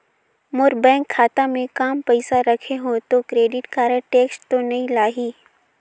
मोर bank खाता मे काम पइसा रखे हो तो क्रेडिट कारड टेक्स तो नइ लाही???